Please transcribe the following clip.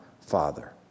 Father